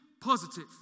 positive